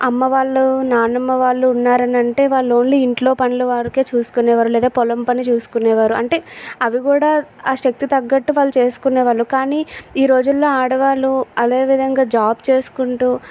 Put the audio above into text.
అమ్మ వాళ్ళు నాన్నమ్మ వాళ్ళు ఉన్నారనంటే వాళ్ళు ఓన్లీ ఇంట్లో పనుల వరికే చూసుకునేవారు లేదో పొలం పని చూసుకునేవారు అంటే అవి కూడా ఆ శక్తి తగ్గట్టు వాళ్ళు చేసుకునే వాళ్ళు కానీ ఈ రోజులలో ఆడవాళ్ళు అదేవిధంగా జాబ్ చేసుకుంటూ